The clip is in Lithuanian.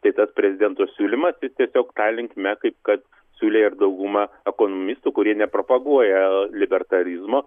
tai tas prezidento siūlymas jis tiesiog ta linkme kaip kad siūlė ir dauguma ekonomistų kurie nepropaguoja libertarizmo